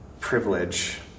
Privilege